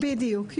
בדיוק.